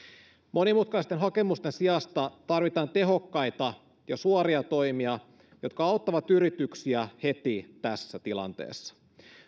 monimutkaisten hakemusten sijasta tarvitaan tehokkaita ja suoria toimia jotka auttavat yrityksiä heti tässä tilanteessa